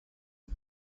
are